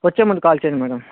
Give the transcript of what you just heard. వచ్చే ముందు కాల్ చేయండి మ్యాడమ్